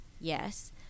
yes